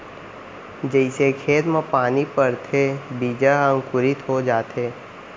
जइसे खेत म पानी परथे बीजा ह अंकुरित हो जाथे